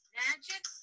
magic